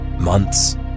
months